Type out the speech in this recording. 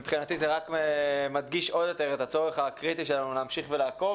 מבחינתי זה רק מדגיש את הצורך הקריטי שלנו להמשיך לעקוב,